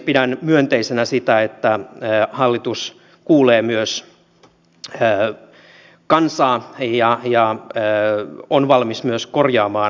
pidän myönteisenä sitä että hallitus kuulee kansaa ja on valmis myös korjaamaan esityksiään